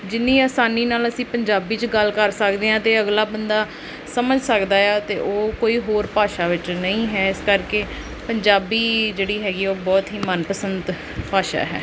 ਜਿੰਨੀ ਆਸਾਨੀ ਨਾਲ ਅਸੀਂ ਪੰਜਾਬੀ 'ਚ ਗੱਲ ਕਰ ਸਕਦੇ ਹਾਂ ਅਤੇ ਅਗਲਾ ਬੰਦਾ ਸਮਝ ਸਕਦਾ ਆ ਅਤੇ ਉਹ ਕੋਈ ਹੋਰ ਭਾਸ਼ਾ ਵਿੱਚ ਨਹੀਂ ਹੈ ਇਸ ਕਰਕੇ ਪੰਜਾਬੀ ਜਿਹੜੀ ਹੈਗੀ ਉਹ ਬਹੁਤ ਹੀ ਮਨ ਪਸੰਦ ਭਾਸ਼ਾ ਹੈ